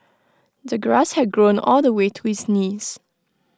the grass had grown all the way to his knees